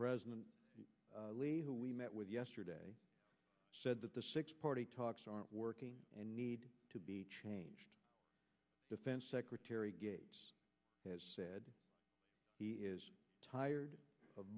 president lee who we met with yesterday said that the six party talks are working and need to be changed defense secretary gates has said he is tired of